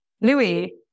Louis